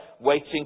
waiting